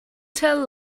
tell